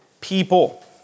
people